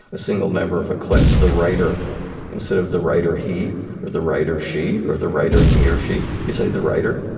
a single member of a class the writer instead of the writer, he or the writer she or the writer, he or she. you say the writer.